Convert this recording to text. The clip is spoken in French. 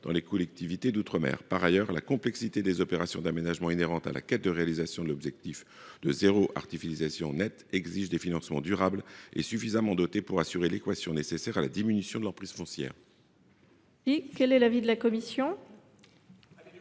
dans les collectivités d’outre mer. Par ailleurs, la complexité des opérations d’aménagement inhérente à la quête de la réalisation de l’objectif du zéro artificialisation nette exige des financements durables et suffisamment dotés pour assurer l’équilibre de l’équation nécessaire à la diminution de l’empire foncière.